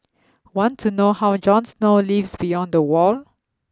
want to know how Jon Snow lives beyond the wall